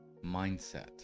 mindset